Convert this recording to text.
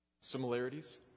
Similarities